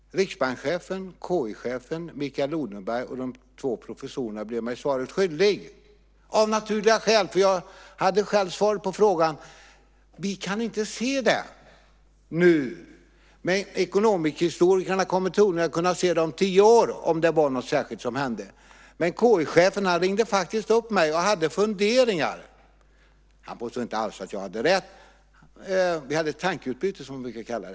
Riksbankschefen, KI-chefen, Mikael Odenberg och de två professorerna blev mig svaret skyldiga - av naturliga skäl, för jag hade själv svaret: Vi kan inte se det nu. Men ekonomihistorikerna kommer troligen om tio år att kunna se om det var någonting särskilt som hände. KI-chefen ringde senare upp mig och hade funderingar. Han påstod inte alls att jag hade rätt. Men vi hade ett tankeutbyte - som vi brukar säga.